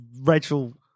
Rachel